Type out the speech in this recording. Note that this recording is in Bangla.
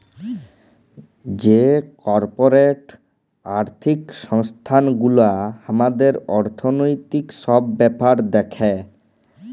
যে কর্পরেট আর্থিক সংস্থান গুলা হামাদের অর্থনৈতিক সব ব্যাপার দ্যাখে